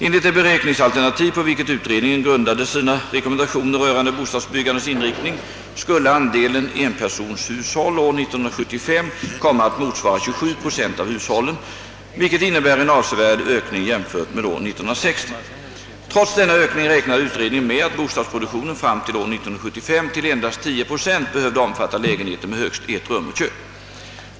Enligt det beräkningsalternativ, på vilket utredningen grundade sina rekommendationer rörande bostadsbyggandets inriktning, skulle andelen enpersonshushåll år 1975 komma att motsvara 27 procent av hushållen, vilket innebär en avsevärd ökning jämfört med år 1960. Trots denna ökning räknade utredningen med att bostadsproduktionen fram till år 1975 till endast 10 procent behövde omfatta lägenheter med högst ett rum och kök.